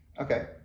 Okay